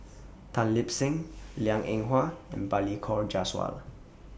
Tan Lip Seng Liang Eng Hwa and Balli Kaur Jaswal